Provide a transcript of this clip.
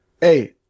Hey